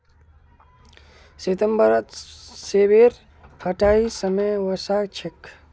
सितंबरत सेबेर कटाईर समय वसा छेक